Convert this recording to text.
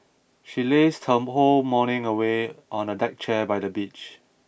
she lazed her whole morning away on a deck chair by the beach